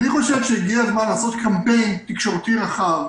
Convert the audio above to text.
אני חושב שהגיע הזמן לעשות קמפיין תקשורתי רחב